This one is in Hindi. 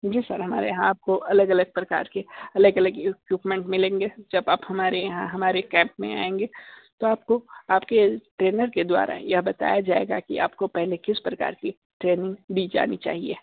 जी सर हमारे यहाँ आपको अलग अलग प्रकार के अलग अलग इक्विपमेंट मिलेंगे जब आप हमारे यहाँ हमारे कैम्प में आएंगे तो आपको आपके ट्रैनर के द्वारा यह बताया जाएगा कि आपको पहले किस प्रकार की ट्रैनिंग दी जानी चाहिए